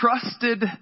trusted